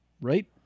Right